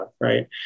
right